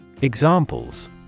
Examples